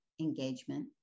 engagement